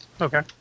Okay